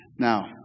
Now